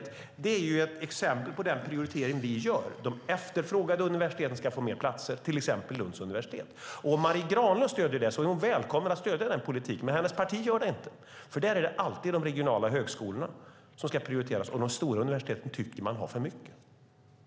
Det är en prioritering vi gör. De efterfrågade universiteten ska få fler platser, till exempel Lunds universitet. Marie Granlund är välkommen att stödja den politiken. Men hennes parti gör det inte. Där är det alltid de regionala högskolorna som ska prioriteras. De stora universiteten tycker man har för mycket. Det är sant.